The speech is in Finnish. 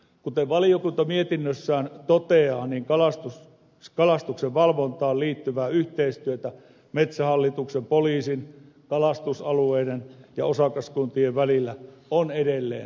kuten valiokunta mietinnössään toteaa kalastuksen valvontaan liittyvää yhteistyötä metsähallituksen poliisin kalastusalueiden ja osakaskuntien välillä on edelleen tiivistettävä